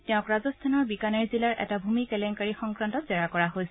তেওঁক ৰাজস্থানৰ বিকানেৰ জিলাৰ এটা ভূমি কেলেংকাৰী সংক্ৰান্তত জেৰা কৰা হৈছে